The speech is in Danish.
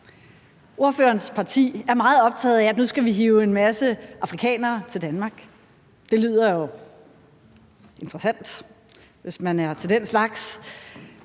Ordførerens parti er meget optaget af, at vi nu skal hive en masse af afrikanere til Danmark – det lyder jo interessant, hvis man er til den slags.